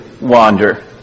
wander